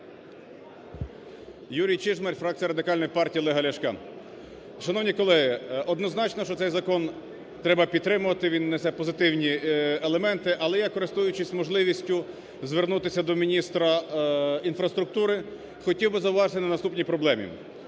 Юрій Чижмарь, фракція Радикальної партії Олега Ляшка. Шановні колеги! Однозначно, що цей закон треба підтримувати, він несе позитивні елементи. Але я, користуючись, можливістю звернутися до Міністра інфраструктури, хотів би зауважити на наступні проблеми.